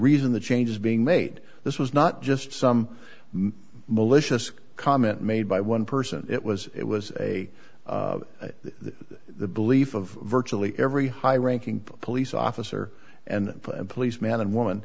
reason the changes being made this was not just some malicious comment made by one person it was it was a the belief of virtually every high ranking police officer and police man and woman